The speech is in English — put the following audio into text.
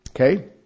Okay